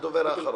בבקשה.